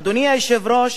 אדוני היושב-ראש,